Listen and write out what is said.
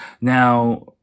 now